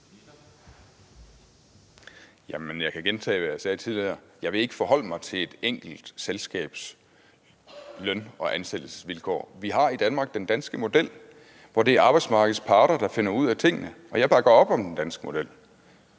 Jeg vil ikke forholde mig til et enkelt selskabs løn- og ansættelsesvilkår. Vi har i Danmark den danske model, hvor det er arbejdsmarkedets parter, der finder ud af tingene, og jeg bakker op om den danske model.